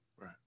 Right